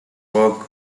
work